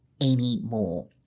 anymore